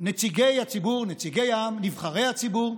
נציגי הציבור, נציגי העם, נבחרי הציבור,